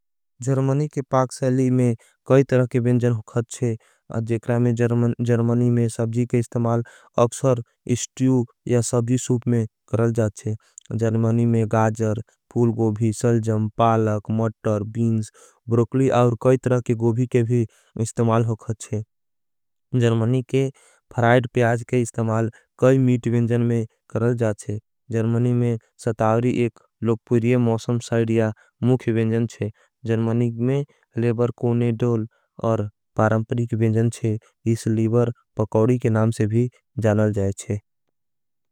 जर्मणी के पाक सेली में कई तरह के विन्जन होखत छे जेक्रा में जर्मणी में सबजी के इसतमाल अक्षर इस्ट्यू या सबजी सूप में करल जाथ छे। जर्मणी में गाजर, फूल गोभी, सलजम, पालक, मटर, बीन्स, ब्रोकली और कई तरह के गोभी के भी इस्टमाल होखत छे। जर्मणी के फराइड प्याज के इस्टमाल काई मीट विन्जन में करल जाथ छे। जर्मणी में सतावरी एक लोगपुरिय मौसम साइडिया मुख विन्जन छे। जर्मणी में लेबर कोने डोल और पारंपरिक विन्जन छे इस लेबर पकोड़ी के नाम से भी जालल जाय छे।